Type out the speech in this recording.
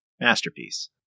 masterpiece